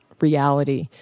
reality